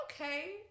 okay